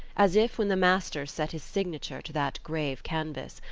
as if when the master set his signature to that grave canvas,